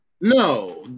No